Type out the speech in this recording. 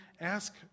ask